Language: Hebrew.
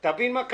אתה מבין מה קרה?